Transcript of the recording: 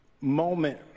moment